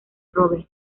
robert